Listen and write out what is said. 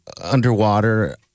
underwater